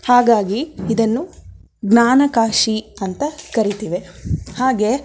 ಹಾಗಾಗಿ ಇದನ್ನು ಜ್ಞಾನ ಕಾಶಿ ಅಂತ ಕರೀತೇವೆ ಹಾಗೆ